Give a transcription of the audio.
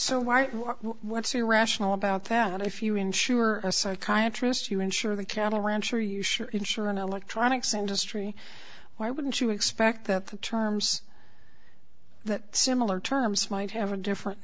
so why what's irrational about that if you insure a psychiatrist you ensure the cattle rancher you sure ensure an electronics industry why wouldn't you expect that the terms that similar terms might have a different